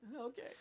Okay